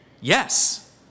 yes